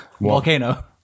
Volcano